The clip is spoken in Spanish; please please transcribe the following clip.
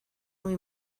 muy